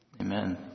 Amen